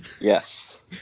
Yes